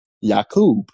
Yakub